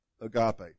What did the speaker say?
agape